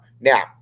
Now